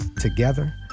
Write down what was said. Together